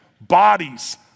bodies